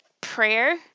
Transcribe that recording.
prayer